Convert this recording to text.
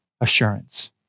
assurance